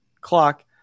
clock